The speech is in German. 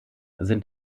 sind